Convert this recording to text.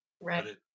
Right